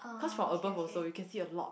cause from above also you can see a lot